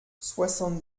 soixante